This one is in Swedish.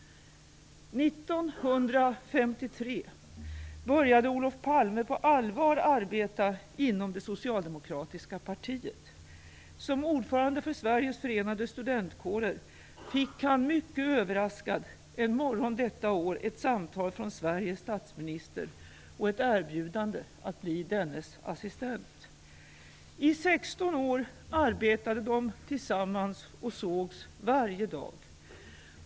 1953 började Olof Palme på allvar arbeta inom det socialdemokratiska partiet. Som ordförande för Sveriges förenade studentkårer fick han, mycket överraskad, en morgon detta år ett samtal från Sveriges statsminister och ett erbjudande att bli dennes assistent. I sexton år arbetade de tillsammans och sågs varje dag.